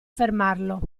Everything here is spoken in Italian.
fermarlo